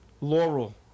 Laurel